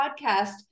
podcast